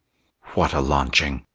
what a launching!